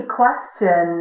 question